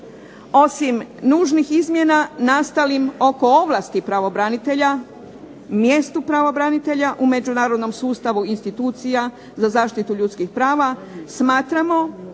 Osim nužnih izmjena nastalim oko ovlasti pravobranitelja, mjestu pravobranitelja u međunarodnom sustavu institucija za zaštitu ljudskih prava smatramo